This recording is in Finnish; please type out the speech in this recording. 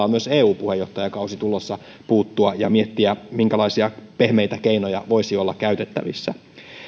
on myös eu puheenjohtajakausi tulossa puuttua ja miettiä minkälaisia pehmeitä keinoja voisi olla käytettävissä